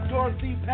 Dorothy